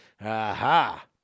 Aha